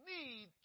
need